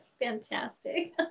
fantastic